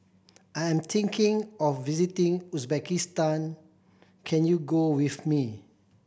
I'm thinking of visiting Uzbekistan can you go with me